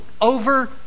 over